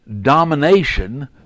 domination